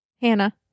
Hannah